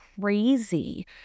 crazy